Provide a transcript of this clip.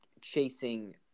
chasing